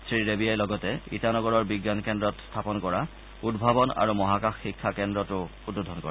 শ্ৰীৰেবিয়াই লগতে ইটানগৰৰ বিজ্ঞান কেন্দ্ৰত স্থাপন কৰা উদ্ভাৱন আৰু মহাকাশ শিক্ষা কেন্দ্ৰটোও উদ্বোধন কৰে